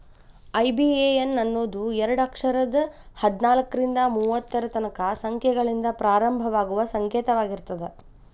IBAN ಅನ್ನೋದು ಎರಡ ಅಕ್ಷರದ್ ಹದ್ನಾಲ್ಕ್ರಿಂದಾ ಮೂವತ್ತರ ತನಕಾ ಸಂಖ್ಯೆಗಳಿಂದ ಪ್ರಾರಂಭವಾಗುವ ಸಂಕೇತವಾಗಿರ್ತದ